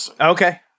Okay